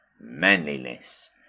manliness